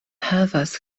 havas